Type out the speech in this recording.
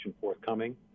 forthcoming